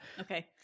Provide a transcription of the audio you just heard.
Okay